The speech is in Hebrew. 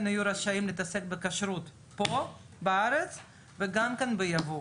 יהיו רשאים להתעסק בכשרות פה בארץ וגם ביבוא.